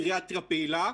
גריאטריה פעילה,